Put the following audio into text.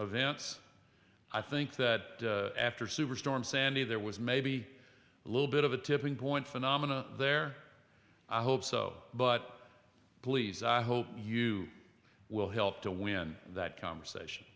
events i think that after superstorm sandy there was maybe a little bit of a tipping point phenomena there i hope so but please i hope you will help to win that conversation